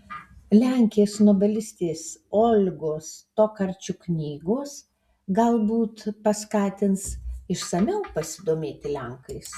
lenkės nobelistės olgos tokarčuk knygos galbūt paskatins išsamiau pasidomėti lenkais